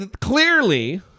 clearly